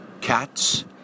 cats